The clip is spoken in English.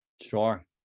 Sure